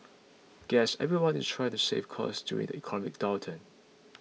guess everyone is trying to save costs during the economic downturn